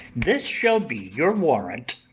this shall be your warrant